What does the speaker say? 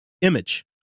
Image